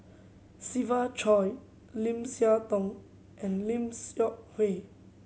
Siva Choy Lim Siah Tong and Lim Seok Hui